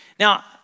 Now